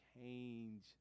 change